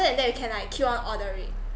than that you can like keep on order it